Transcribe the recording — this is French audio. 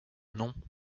non